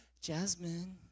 Jasmine